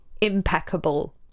impeccable